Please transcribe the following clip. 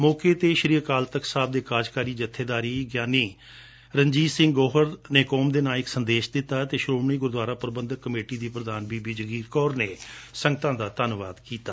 ਮੌਕੇ ਤੇ ਸ੍ਸੀ ਅਕਾਲ ਤਖਤ ਸਾਹਿਬ ਦੇ ਕਾਰਕਕਾਰੀ ਜੱਬੇਦਾਰ ਗਿਆਨੀ ਰਣਜੀਤ ਸਿੰਘ ਗੋਹਰ ਨੇ ਕੌਮ ਦੇ ਨੱ ਇਕ ਸੰਦੇਸ਼ ਦਿੱਤਾ ਅਤੇ ਸ੍ਰੋਮਣੀ ਗੁਰੁਦੁਆਰਾ ਪ੍ਰਬੰਧਕ ਕਮੇਟੀ ਦੀ ਪ੍ਰਧਾਨ ਬੀਬੀ ਜਗੀਰ ਕੌਰ ਨੇ ਸੰਗਤਾਂ ਦਾ ਧਨਵਾਦ ਕੀਤਾ